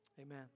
Amen